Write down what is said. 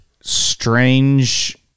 strange